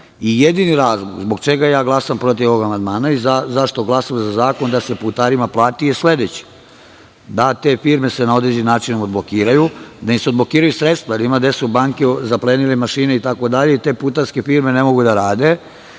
Jedini razlog zbog čega glasam protiv ovog amandmana i zašto glasamo za zakon da se putarima plati je sledeći, da se te firme na određeni način odblokiraju, da im se odblokiraju sredstva, jer ima gde su banke zaplenile mašine itd, i te putarske firme ne mogu da rade.